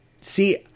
See